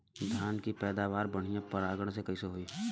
धान की पैदावार बढ़िया परागण से कईसे होई?